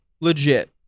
Legit